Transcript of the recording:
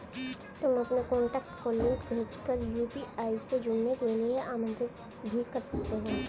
तुम अपने कॉन्टैक्ट को लिंक भेज कर यू.पी.आई से जुड़ने के लिए आमंत्रित भी कर सकते हो